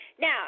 Now